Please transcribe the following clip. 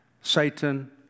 Satan